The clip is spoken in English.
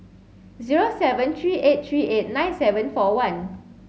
zero seven three eight three eight nine seven four one